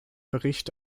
bericht